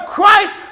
Christ